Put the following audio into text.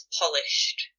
polished